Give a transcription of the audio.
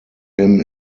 him